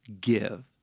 give